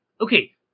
Okay